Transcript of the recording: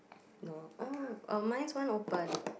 no oh oh mines one open